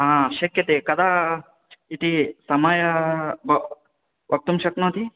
हा शक्यते कदा इति समय वक्तुं शक्नोति